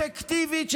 אפקטיבית,